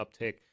uptick